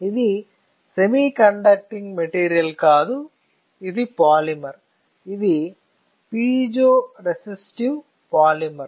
ఇది semiconducting material కాదు ఇది పాలిమర్ ఇది పీజోరెసిస్టివ్ పాలిమర్